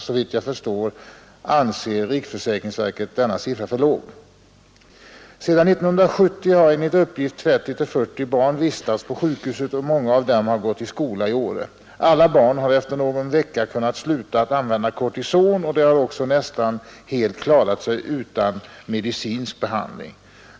Såvitt jag förstår anser riksförsäkringsverket den siffran för låg. Sedan 1970 har enligt uppgift 30—40 barn vistats på sjukhuset, och många av dem har gått i skola i Åre. Alla barn har efter någon vecka kunnat sluta att använda cortison, och de har också nästan helt klarat sig utan medicinsk behandling.